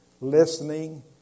listening